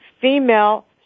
female